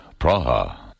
Praha